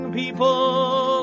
people